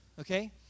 okay